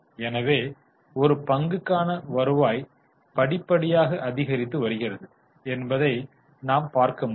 எனவே ஒரு பங்குக்கான வருவாய் படிப்படியாக அதிகரித்து வருகிறது என்பதை நாம் பார்க்க முடியும்